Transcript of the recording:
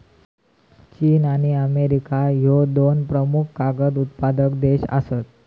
चीन आणि अमेरिका ह्ये दोन प्रमुख कागद उत्पादक देश आसत